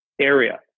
area